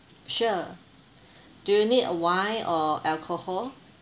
sure do you need uh wine or alcohol